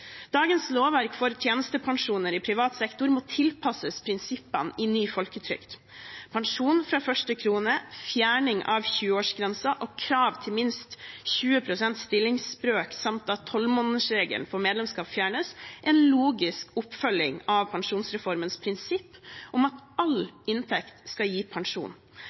Dagens lovverk for tjenestepensjoner i privat sektor må tilpasses prinsippene i ny folketrygd. Pensjon fra første krone, fjerning av 20-årsgrensen og krav om minst 20 pst. stillingsbrøk samt at 12-månedersregelen for medlemskap fjernes, er en logisk oppfølging av pensjonsreformens prinsipp om at all inntekt skal gi pensjon.